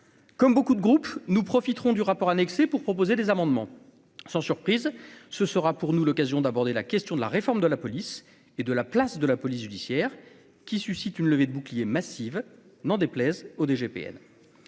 comme beaucoup de groupes, nous profiterons du rapport annexé pour proposer des amendements sans surprise, ce sera pour nous l'occasion d'aborder la question de la réforme de la police et de la place de la police judiciaire qui suscite une levée de boucliers, massive, n'en déplaise au DGPN